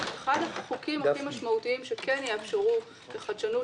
אחד החוקים הכי משמעותיים שיאפשרו לחדשנות